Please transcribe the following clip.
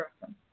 person